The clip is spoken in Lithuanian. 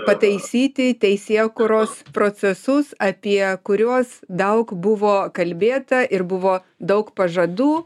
pataisyti teisėkūros procesus apie kuriuos daug buvo kalbėta ir buvo daug pažadų